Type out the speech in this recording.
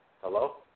Hello